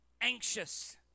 anxious